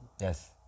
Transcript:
Yes